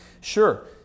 Sure